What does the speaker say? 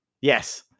Yes